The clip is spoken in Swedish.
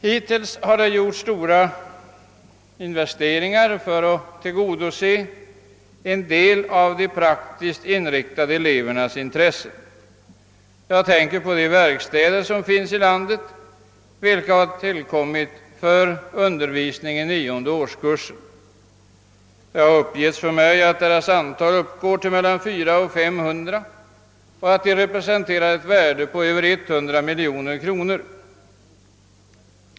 Hittills har det gjorts stora investeringar för att tillgodose en del av de praktiskt inriktade elevernas intressen. Jag tänker på de verkstäder som tillkommit för undervisningen i årskurs 9. Det har uppgetts för mig att antalet sådana verkstäder uppgår till mellan 400 och 500 och att de representerar ett värde av över 100 miljoner kronor.